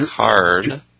card